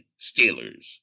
Steelers